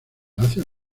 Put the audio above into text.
palacio